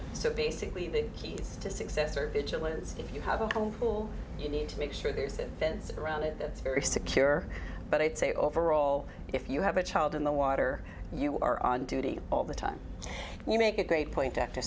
so basically the keys to success are vigilance if you haven't come all you need to make sure there's a fence around it that's very secure but i'd say overall if you have a child in the water you are on duty all the time you make a great point